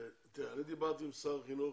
אני דיברתי עם שר החינוך,